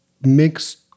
mixed